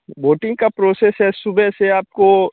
voting का process है सुबह से आपको